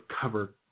cover